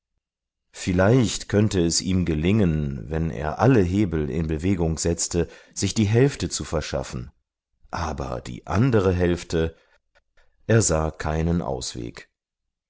vielleicht könnte es ihm gelingen wenn er alle hebel in bewegung setzte sich die hälfte zu verschaffen aber die andere hälfte er sah keinen ausweg